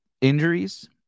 injuries